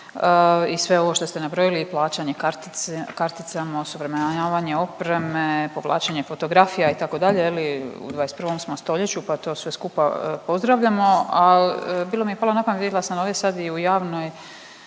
i sve ovo što ste nabrojili i plaćanje karticama, osuvremenjivanje opreme, povlačenja fotografija, itd., je li, u 21. smo stoljeću pa to sve skupa pozdravljamo, ali bilo mi je palo na pamet, vidla sam ovdje sad i u javnoj,